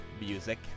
music